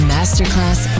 Masterclass